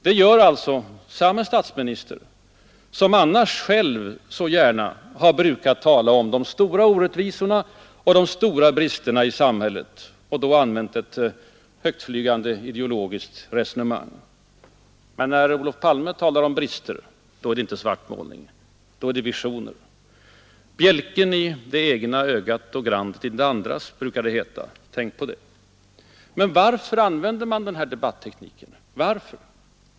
Detta gör samme statsminister som annars själv så gärna brukat tala om de stora orättvisorna och de stora bristerna i samhället och då använt ett högt flygande ideologiskt resonemang. Men när Olof Palme talar om brister är det inte svartmålning; då är det visioner. Bjälken i det egna ögat och grandet i din broders, brukar man tala om. Tänk på det! Varför använder Olof Palme den här debattekniken?